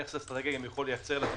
נכס אסטרטגי יכול גם לייצר כסף.